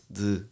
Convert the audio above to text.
de